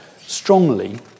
strongly